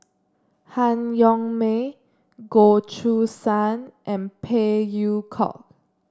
Han Yong May Goh Choo San and Phey Yew Kok